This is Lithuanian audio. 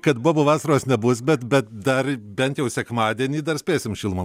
kad bobų vasaros nebus bet bet dar bent jau sekmadienį dar spėsim šilumą